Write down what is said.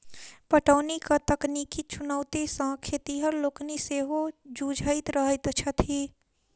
पटौनीक तकनीकी चुनौती सॅ खेतिहर लोकनि सेहो जुझैत रहैत छथि